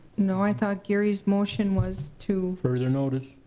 no, i thought gary's motion was to further notice.